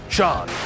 Sean